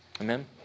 Amen